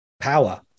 power